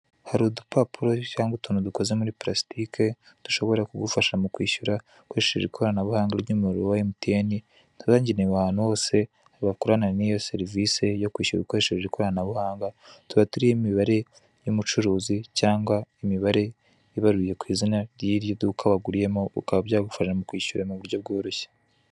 Hari udupapuro cyangwa utuntu dukoze muri pulasitike dushobora kugufasha mu kwishyura ukoresheje ikoranabuhanga ry'umuyoboro wa Emutiyeni twagenewe ahantu hose bakorana n'iyo serivise yo kwishyura ukoresheje ikoranabuhanga. Tuba turiho imibare y'umucuruzi cyangwa imibare ibaruye ku izina ry'iryo duka waguriyemo ukaba ryagufasha kwishyura mu buryo bworoshye.